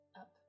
up